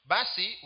Basi